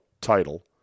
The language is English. title